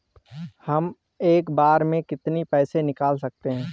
हम एक बार में कितनी पैसे निकाल सकते हैं?